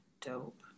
dope